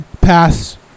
pass